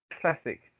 classic